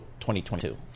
2022